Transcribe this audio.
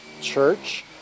church